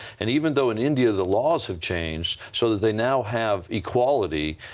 and even though in india the laws have changed so that they now have equality,